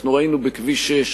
אנחנו ראינו בכביש 6,